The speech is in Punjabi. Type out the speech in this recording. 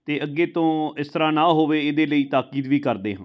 ਅਤੇ ਅੱਗੇ ਤੋਂ ਇਸ ਤਰ੍ਹਾਂ ਨਾ ਹੋਵੇ ਇਹਦੇ ਲਈ ਤਾਕੀਦ ਵੀ ਕਰਦੇ ਹਾਂ